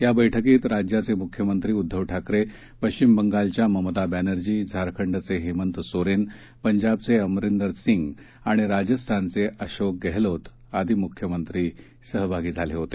या बैठकीत राज्याचे मुख्यमंत्री उद्दव ठाकरे पश्चिम बंगालच्या ममता बँनर्जी झारखंडघे हेमंत सोरेन पंजाबधे अमरिंदर सिंग आणि राजस्थानये अशोक गेहलोत आदी मुख्यमंत्री सहभागी झाले होते